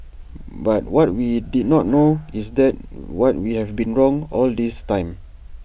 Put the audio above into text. but what we did not know is that what we have been wrong all this time